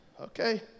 Okay